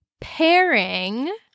pairing